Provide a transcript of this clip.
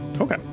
Okay